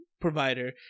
provider